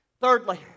Thirdly